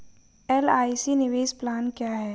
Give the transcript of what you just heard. LIC निवेश plan क्या है?